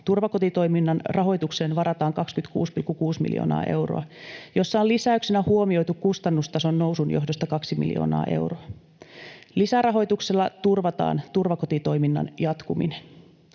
Turvakotitoiminnan rahoitukseen varataan 26,6 miljoonaa euroa, jossa on lisäyksenä huomioitu kustannustason nousun johdosta 2 miljoonaa euroa. Lisärahoituksella turvataan turvakotitoiminnan jatkuminen.